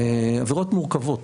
עבירות מורכבות,